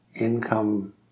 income